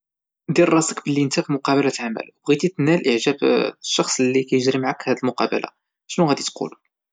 دير راسك بلي انت في مقابلة عمل بغيتي تنال الاعجاب د الشخص اللي كيجري معك هاد المقابلة شنو غادي تقول؟